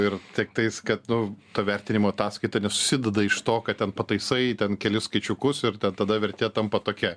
ir tiktais kad nu to vertinimo ataskaita nesusideda iš to ką ten pataisai ten kelis skaičiukus ir tada vertė tampa tokia